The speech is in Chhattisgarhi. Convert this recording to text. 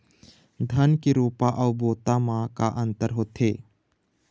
धन के रोपा अऊ बोता म का अंतर होथे?